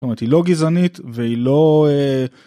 זאת אומרת, היא לא גזענית, והיא לא...